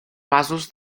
masos